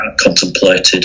contemplated